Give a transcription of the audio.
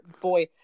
Boy